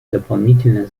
дополнительной